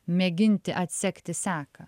mėginti atsekti seką